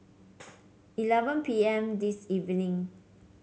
eleven P M this evening